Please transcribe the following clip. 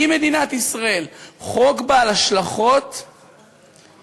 היא מדינת ישראל, חוק בעל השלכות רחבות,